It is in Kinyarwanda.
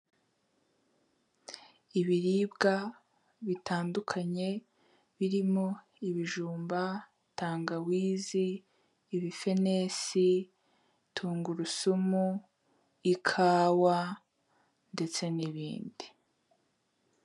Ibiribwa bitandukanye birimo ibijumba, tangawizi, ibifenesi, tungurusumu, ikawa ndetse n'ibindi.